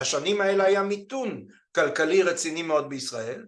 השנים האלה היה מיתון כלכלי רציני מאוד בישראל.